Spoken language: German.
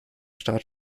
start